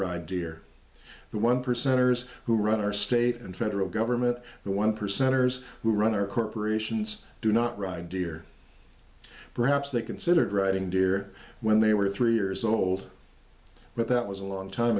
ride here the one percenters who run our state and federal government the one percenters who run our corporations do not ride deer perhaps they considered writing dear when they were three years old but that was a long time